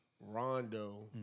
Rondo